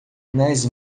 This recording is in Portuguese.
nas